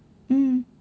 mmhmm